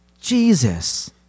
Jesus